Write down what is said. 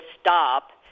stop